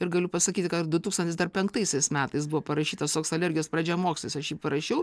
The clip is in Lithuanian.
ir galiu pasakyti kad du tūkstantis penktaisiais metais buvo parašytas toks alergijos pradžiamokslis aš jį parašiau